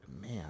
man